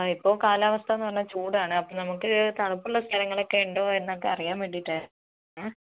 ഇപ്പോൾ കാലാവസ്ഥ എന്ന് പറഞ്ഞാൽ ചൂടാണ് അപ്പോൾ നമുക്ക് തണുപ്പുള്ള സ്ഥലങ്ങളൊക്കെ ഉണ്ടോ എന്നൊക്കെ അറിയാന് വേണ്ടിയിട്ടായിരുന്നു